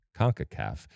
CONCACAF